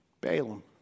Balaam